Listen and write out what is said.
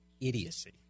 idiocy